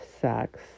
sex